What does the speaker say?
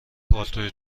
پالتوی